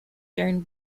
during